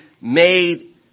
made